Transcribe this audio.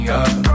up